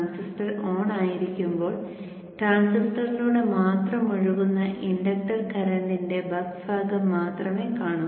transistor on ആയിരിക്കുമ്പോൾ ട്രാൻസിസ്റ്ററിലൂടെ മാത്രം ഒഴുകുന്ന ഇൻഡക്ടർ കറന്റിന്റെ ബക്ക് ഭാഗം മാത്രമേ കാണു